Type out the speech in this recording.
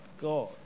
God